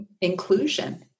inclusion